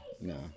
No